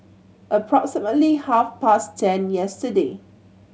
approximately half past ten yesterday